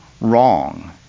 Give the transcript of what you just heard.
wrong